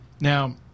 Now